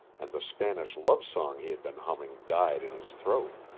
and the spanish love song he had been humming died in his throat.